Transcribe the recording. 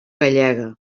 gallega